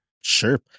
sure